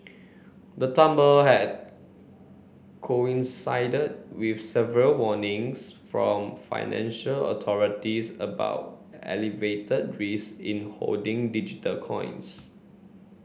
the tumble had coincided with several warnings from financial authorities about elevated risk in holding digital coins